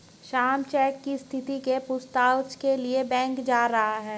Shyam cheque की स्थिति के पूछताछ के लिए बैंक जा रहा है